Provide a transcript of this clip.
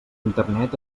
internet